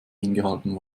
hingehalten